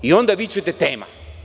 I onda vičete – tema.